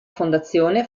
fondazione